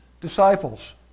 disciples